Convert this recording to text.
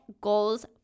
goals